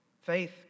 Faith